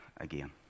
again